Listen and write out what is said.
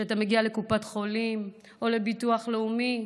כשאתה מגיע לקופת חולים או לביטוח לאומי,